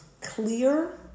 clear